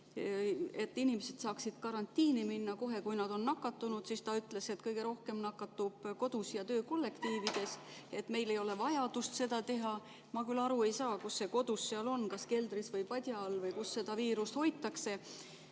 et inimesed saaksid karantiini minna kohe, kui nad on nakatunud, siis ta ütles, et kõige rohkem nakatub kodus ja töökollektiivis, nii et meil ei ole vajadust seda teha. Ma küll aru ei saa, kus see [viirus] seal kodus on, kas keldris või padja all või kus seda viirust hoitakse.